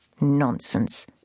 Nonsense